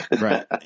right